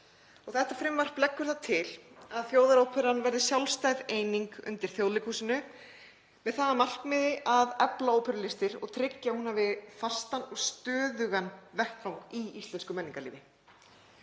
Þetta frumvarp leggur það til að Þjóðarópera verði sjálfstæð eining undir Þjóðleikhúsinu með það að markmiði að efla óperulistir og tryggja að hún hafi fastan og stöðugan vettvang í íslensku menningarlífi.